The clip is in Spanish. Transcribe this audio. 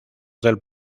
del